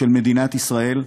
של מדינת ישראל,